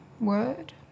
word